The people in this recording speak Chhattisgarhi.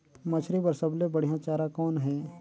मछरी बर सबले बढ़िया चारा कौन हे?